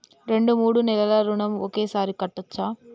రెండు మూడు నెలల ఋణం ఒకేసారి కట్టచ్చా?